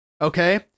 Okay